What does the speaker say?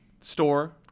store